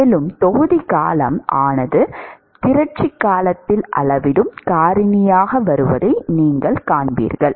மேலும் தொகுதி காலம் ஆனது உண்மையில் திரட்சிக் காலத்தில் அளவிடும் காரணியாக வருவதை நீங்கள் காண்பீர்கள்